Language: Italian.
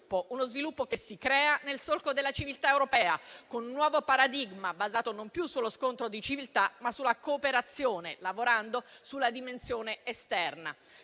uno sviluppo che si crea nel solco della civiltà europea con un nuovo paradigma, basato non più sullo scontro di civiltà, ma sulla cooperazione, lavorando sulla dimensione esterna.